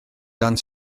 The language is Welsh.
dan